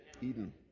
eden